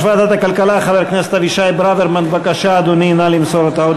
65 בעד, שישה מתנגדים, אין נמנעים.